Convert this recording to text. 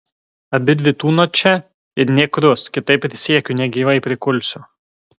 abidvi tūnot čia ir nė krust kitaip prisiekiu negyvai prikulsiu